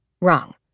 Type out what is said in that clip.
wrong